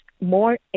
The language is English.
more